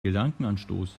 gedankenanstoß